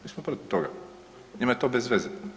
Mi smo protiv toga, njima je to bez veze.